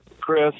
Chris